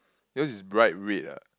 because is bright red ah